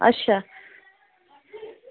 अच्छा